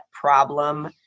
problem